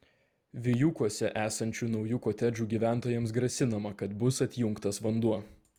vijūkuose esančių naujų kotedžų gyventojams grasinama kad bus atjungtas vanduo